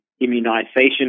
immunization